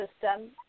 system